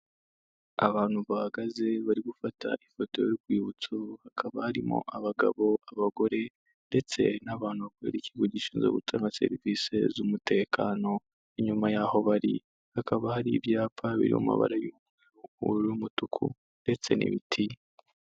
Abantu bahagaze bari gufata ifoto y'urwibutso, hakaba harimo abagabo, abagore ndetse n'abantu bakorera ikigo gishinzwe gutanga serivisi z'umutekano, inyuma y'aho bari hakaba hari ibyapa biri mu mabara y'ubururu n'umutuku ndetse n'ibiti.